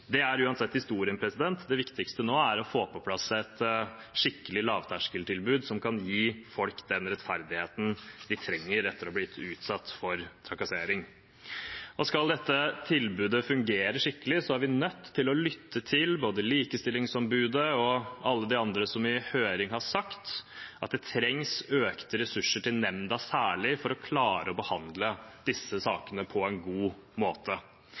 Det er uansett historien. Det viktigste nå er å få på plass et skikkelig lavterskeltilbud som kan gi folk den rettferdigheten de trenger etter å ha blitt utsatt for trakassering. Skal dette tilbudet fungere skikkelig, er vi nødt til å lytte til både likestillingsombudet og alle de andre som i høring har sagt at det trengs økte ressurser til nemnda, særlig for å klare å behandle disse sakene på en god måte.